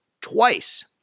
twice